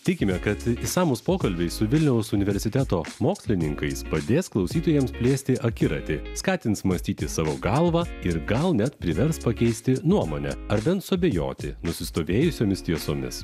tikime kad išsamūs pokalbiai su vilniaus universiteto mokslininkais padės klausytojams plėsti akiratį skatins mąstyti savo galva ir gal net privers pakeisti nuomonę ar bent suabejoti nusistovėjusiomis tiesomis